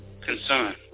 concern